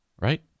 right